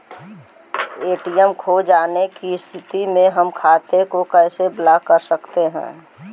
ATM खो जाने की स्थिति में हम खाते को कैसे ब्लॉक कर सकते हैं?